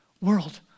World